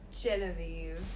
Genevieve